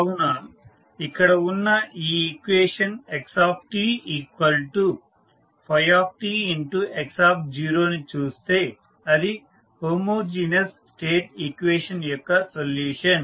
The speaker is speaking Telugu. కావున ఇక్కడ ఉన్న ఈ ఈక్వేషన్ xtφtx0ని చూస్తే అది హోమోజీనస్ స్టేట్ ఈక్వేషన్ యొక్క సొల్యూషన్